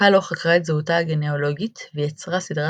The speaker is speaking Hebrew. קאלו חקרה את זהותה הגנאלוגית ויצרה סדרת